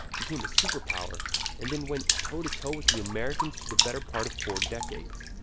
became a superpower and then went toe-to-toe with the americans for the better part of four decades.